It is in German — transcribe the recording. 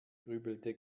grübelte